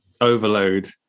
overload